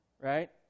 right